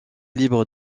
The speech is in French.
libre